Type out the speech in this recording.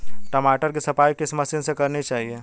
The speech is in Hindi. टमाटर की सफाई किस मशीन से करनी चाहिए?